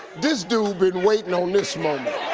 this dude been waitin' on this moment.